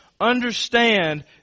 understand